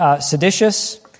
seditious